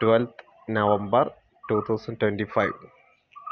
twelfth November two thousand twenty five